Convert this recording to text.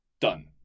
done